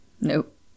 Nope